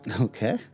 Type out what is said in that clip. Okay